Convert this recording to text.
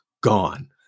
gone